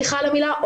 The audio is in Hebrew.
סליחה על המילה,